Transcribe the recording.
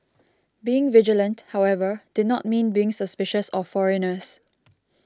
being vigilant however did not mean being suspicious of foreigners